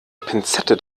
pinzette